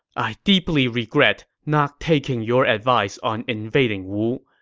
i deeply regret not taking your advice on invading wu.